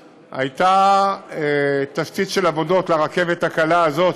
הייתה תשתית של עבודות לרכבת הקלה הזאת,